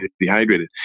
dehydrated